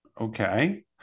okay